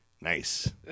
nice